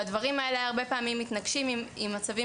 והדברים האלה הרבה פעמים מתנגשים עם מצבים